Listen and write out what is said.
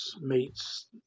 meets